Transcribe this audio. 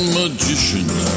magicians